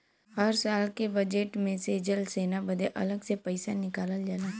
हर साल के बजेट मे से जल सेना बदे अलग से पइसा निकालल जाला